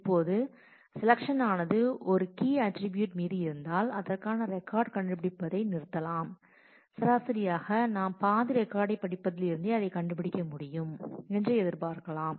இப்போது செலக்ஷன் ஆனது ஒரு கீ அட்ரிபியூட் மீது இருந்தால் அதற்கான ரெக்கார்ட் கண்டுபிடிப்பதை நிறுத்தலாம் சராசரியாக நாம் பாதி ரெக்கார்டை படிப்பதில் இருந்தே அதைக் கண்டுபிடிக்க முடியும் என்று எதிர்பார்க்கலாம்